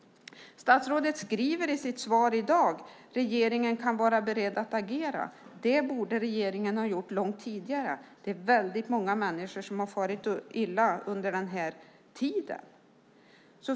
Statsrådet skriver i sitt svar i dag att regeringen kan vara beredd att agera. Det borde regeringen ha gjort långt tidigare. Det är väldigt många människor som har farit illa under den här tiden.